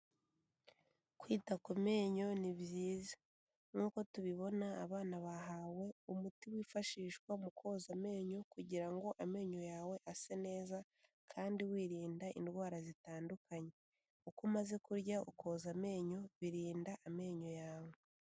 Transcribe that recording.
Kwita ku menyo ni byiza nk'uko tubibona abana bahawe umuti wifashishwa mu koza amenyo kugira ngo amenyo yawe ase neza kandi wirinda indwara zitandukanye, uko umaze kurya ukoza amenyo birinda amenyo yawe.